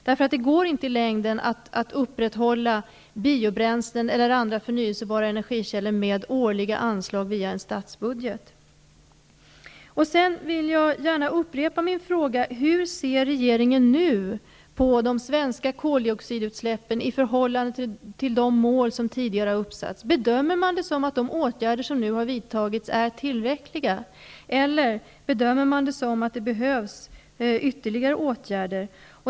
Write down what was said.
Det går inte i längden att upprätthålla biobränslen eller andra förnyelsebara energikällor med årliga anslag via statsbudgeten. Jag vill gärna upprepa min fråga: Hur ser regeringen nu på de svenska koldioxidutsläppen i förhållande till de mål som tidigare har uppsatts? Bedömer man det så att de åtgärder som har vidtagits är tillräckliga, eller behövs det ytterligare åtgärder?